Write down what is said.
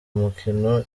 mukino